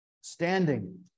standing